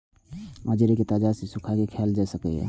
अंजीर कें ताजा या सुखाय के खायल जा सकैए